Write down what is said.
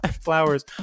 flowers